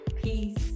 peace